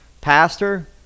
pastor